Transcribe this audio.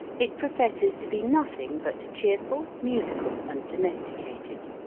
it professes to be nothing but cheer ful, musical, and domesticated.